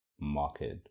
market